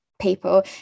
people